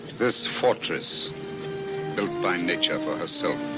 this fortress built by nature for herself,